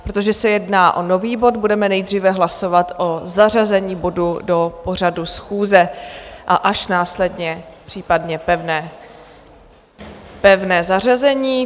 Protože se jedná o nový bod, budeme nejdříve hlasovat o zařazení bodu do pořadu schůze a až následně případně pevné zařazení.